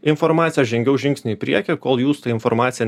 informacija žengiau žingsnį į priekį kol jūs ta informacija